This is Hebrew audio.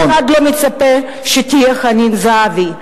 ואף אחד לא מצפה שתהיי חנה זהבי,